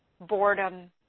boredom